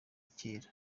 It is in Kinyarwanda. kera